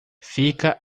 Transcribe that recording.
fica